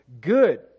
Good